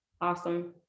awesome